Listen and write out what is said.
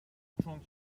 strong